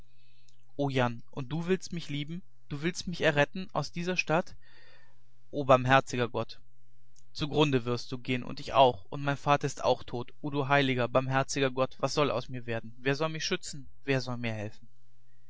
o jan und du willst mich lieben du willst mich erretten aus dieser stadt o barmherziger gott zugrunde wirst du gehen und ich auch und mein vater ist auch tot o du heiliger barmherziger gott was soll aus mir werden wer soll mich schützen wer soll mir helfen